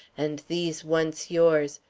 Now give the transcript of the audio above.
and these once yours,